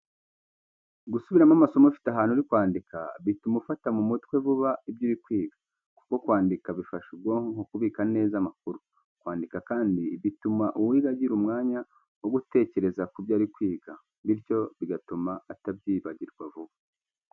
Gusubiramo amasomo ufite ahantu uri kwandika, bituma ufata mu mutwe vuba ibyo uri kwiga, kuko kwandika bifasha ubwonko kubika neza amakuru. Kwandika kandi bituma uwiga agira umwanya wo gutekereza ku byo ari kwiga, bityo bigatuma atabyibagirwa vuba.